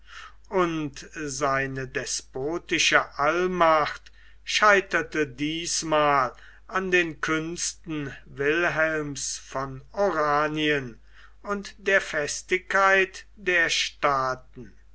und seine despotische allmacht scheiterte diesmal an den künsten wilhelms von oranien und der festigkeit der staaten